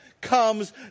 comes